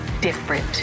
different